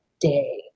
day